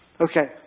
Okay